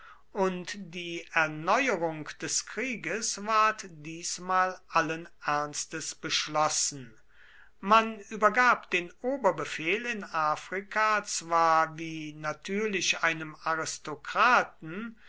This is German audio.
und die erneuerung des krieges ward diesmal allen ernstes beschlossen man übergab den oberbefehl in afrika zwar wie natürlich einem aristokraten